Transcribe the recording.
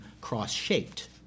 cross-shaped